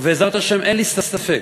ובעזרת השם, אין לי ספק,